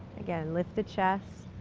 again, lift the chest,